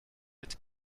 mit